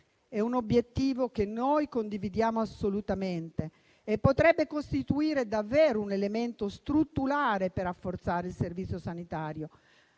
è un obiettivo che condividiamo assolutamente e che potrebbe costituire davvero un elemento strutturale per rafforzare il Servizio sanitario